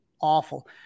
awful